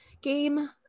game